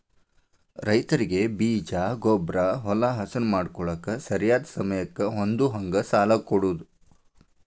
ರೈತರಿಗೆ ಬೇಜ, ಗೊಬ್ಬ್ರಾ, ಹೊಲಾ ಹಸನ ಮಾಡ್ಕೋಳಾಕ ಸರಿಯಾದ ಸಮಯಕ್ಕ ಹೊಂದುಹಂಗ ಸಾಲಾ ಕೊಡುದ